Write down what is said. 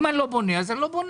אם אני לא בונה, אז אני לא בונה.